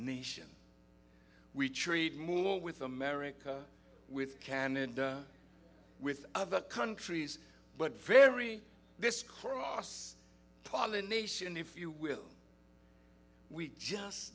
nation we treat it more with america with can and with other countries but very this cross pollination if you will we just